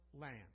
land